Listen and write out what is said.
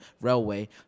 railway